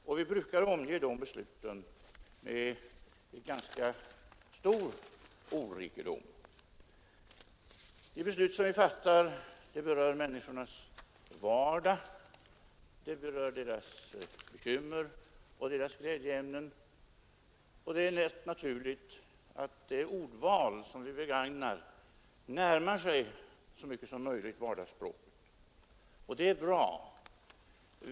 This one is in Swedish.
Ärade riksdagsledamöter! Vill man karakterisera den svenska riksdagens debatteknik är kanske inte ordfattigdom det ord som ligger närmast till hands. Vi fattar en mängd olika beslut av vikt för medborgarna, och de besluten brukar vi omge med en ganska stor rikedom av ord. Våra beslut berör människornas vardag, deras bekymmer och glädjeämnen, och det är rätt naturligt att de ord vi begagnar så mycket som möjligt närmar sig vardagsspråket. Det är bra.